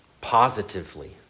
positively